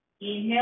Inhale